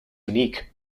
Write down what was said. unique